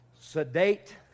sedate